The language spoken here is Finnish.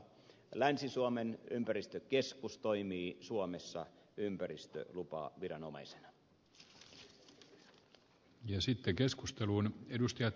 länsi suomen ympäristökeskus toimii suomessa ympäristölupaviranomaisena